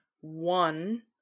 one